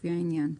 לפי העניין".